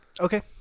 okay